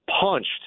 punched